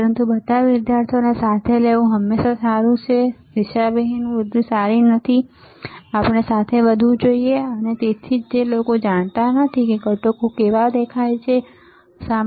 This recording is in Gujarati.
પરંતુ બધા વિદ્યાર્થીઓને સાથે લેવું હંમેશા સારું છે દિશાવિહીન વૃદ્ધિ સારી નથી આપણે સાથે વધવું જોઈએ અને તેથી જ જે લોકો જાણતા નથી કે ઘટકો કેવા દેખાય છે ખરું ને